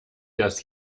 das